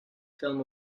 film